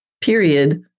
period